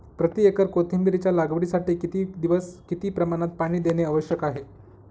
प्रति एकर कोथिंबिरीच्या लागवडीसाठी किती दिवस किती प्रमाणात पाणी देणे आवश्यक आहे?